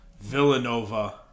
Villanova